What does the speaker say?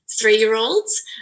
three-year-olds